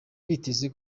biteze